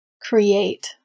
create